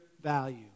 value